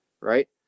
Right